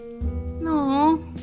No